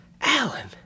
Alan